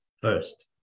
first